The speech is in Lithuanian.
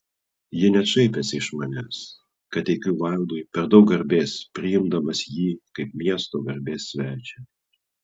ji net šaipėsi iš manęs kad teikiu vaildui per daug garbės priimdamas jį kaip miesto garbės svečią